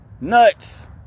Nuts